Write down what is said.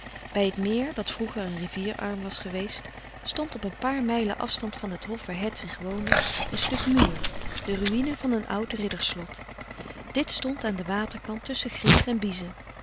bij het meer dat vroeger een rivier arm was geweest stond op een paar mijlen afstand van het hof waar hedwig woonde een stuk muur de ruïne van een oud ridderslot dit stond aan den waterkant tusschen grient en biezen